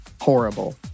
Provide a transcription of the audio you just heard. Horrible